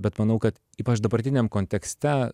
bet manau kad ypač dabartiniam kontekste